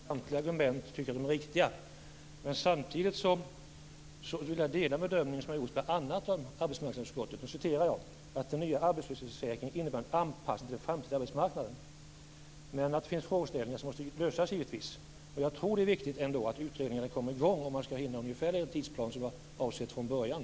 Fru talman! Jag tycker att samtliga argument är riktiga. Samtidigt delar jag den bedömning som gjorts av bl.a. arbetsmarknadsutskottet, nämligen att "den nya arbetslöshetsförsäkringen innebär en anpassning till den framtida arbetsmarknaden" men att det givetvis finns frågeställningar som måste lösas. Jag tror ändå att det är viktigt att utredningarna kommer i gång om man skall hinna med ungefär den tidsplan som var avsedd från början.